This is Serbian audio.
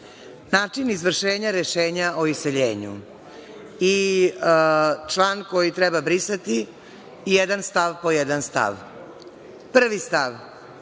Način izvršenja rešenja o iseljenju i član koji treba brisati jedan stav po jedan stav. Prvi stav